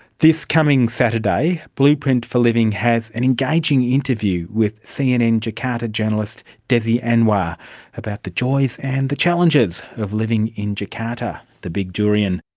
this coming saturday, blueprint for living has an engaging interview with cnn jakarta journalist desi anwar about the joys and challenges of living in jakarta, the big durian.